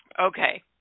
Okay